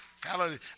hallelujah